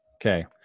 Okay